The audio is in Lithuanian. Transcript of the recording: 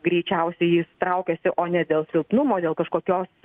greičiausiai jis traukiasi o ne dėl silpnumo dėl kažkokios